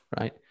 right